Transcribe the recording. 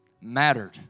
mattered